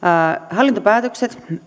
hallintopäätökset